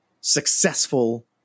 successful